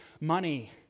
money